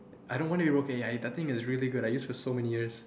I don't want it to be broken ya I think it is really good I used it for so many years